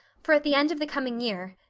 for at the end of the coming year,